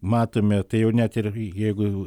matome tai jau net ir jeigu jau